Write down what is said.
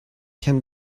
can